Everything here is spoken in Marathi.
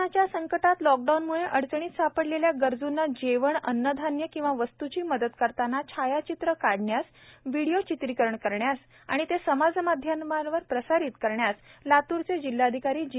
कोरोनाच्या सक्वटात लॉकडाऊनम्ळे अडचणीत सापडलेल्या गरजून्ना जेवण अन्नधान्य किखा वस्तूची मदत करताना छायाचित्र काढण्यास व्हिडिओ चित्रीकरण करण्यास आणि ते समाजमाध्यमावर प्रसारित करण्यास लातूरचे जिल्हाधिकारी जी